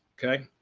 okay,